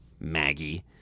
Maggie